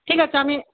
ঠিক আছে আমি